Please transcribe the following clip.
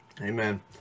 Amen